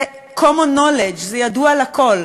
זה common knowledge, זה ידוע לכול.